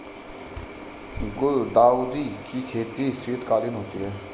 गुलदाउदी की खेती शीतकालीन होती है